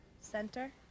Center